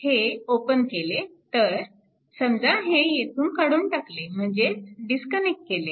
हे ओपन केले तर समजा हे येथून काढून टाकले म्हणजेच डिस्कनेक्ट केले